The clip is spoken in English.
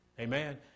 Amen